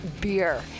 beer